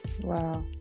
Wow